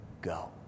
go